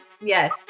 Yes